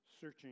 searching